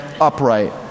upright